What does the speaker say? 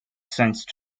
sense